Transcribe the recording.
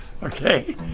Okay